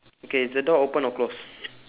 okay is the door open or close